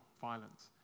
violence